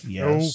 Yes